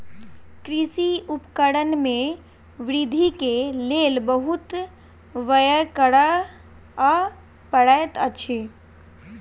कृषि उपकरण में वृद्धि के लेल बहुत व्यय करअ पड़ैत अछि